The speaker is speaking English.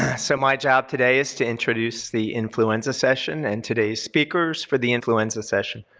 so my job today is to introduce the influenza session and today's speakers for the influenza session.